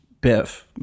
Biff